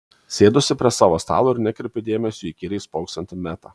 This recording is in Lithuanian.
sėduosi prie savo stalo ir nekreipiu dėmesio į įkyriai spoksantį metą